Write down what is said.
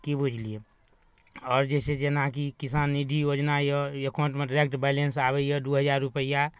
की बुझलियै आओर जे छै से जेनाकि किसान निधि योजना यए एकाउंटमे डायरेक्ट बैलेंस आबैए दू हजार रुपैआ